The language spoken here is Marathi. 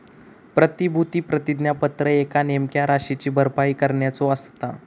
प्रतिभूती प्रतिज्ञापत्र एका नेमक्या राशीची भरपाई करण्याचो असता